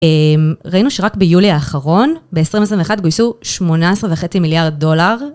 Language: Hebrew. ראינו שרק ביולי האחרון, ב-2021 גויסו 18.5 מיליארד דולר.